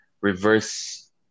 reverse